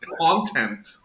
content